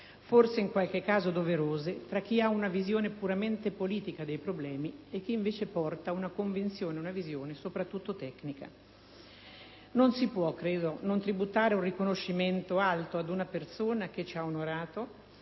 forse in qualche caso doverosi tra chi ha una visione puramente politica dei problemi e chi, invece, porta una convinzione e una visione soprattutto tecniche. Non si può non tributare un riconoscimento alto ad una persona che ci ha onorato,